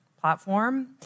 platform